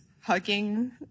hugging